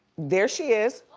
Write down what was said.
there she is.